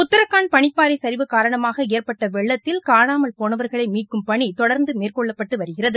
உத்தராகண்ட் பனிப்பாறை சரிவு காரணமாக ஏற்பட்ட வெள்ளத்தில் காணாமல் போனவர்களை மீட்கும் பணி தொடர்ந்து மேற்கொள்ளப்பட்டு வருகிறது